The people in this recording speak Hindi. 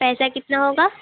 पैसा कितना होगा